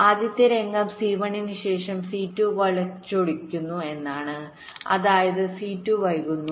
ആദ്യത്തെ രംഗം C1 ന് ശേഷം C2 വളച്ചൊടിക്കുന്നു എന്നാണ് അതായത് C2 വൈകുന്നു